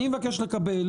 אני מבקש לקבל